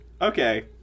okay